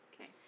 Okay